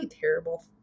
terrible